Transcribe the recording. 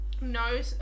No